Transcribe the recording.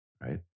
right